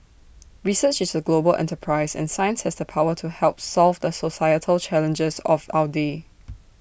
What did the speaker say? research is A global enterprise and science has the power to help solve the societal challenges of our day